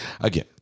Again